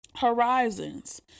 horizons